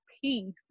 peace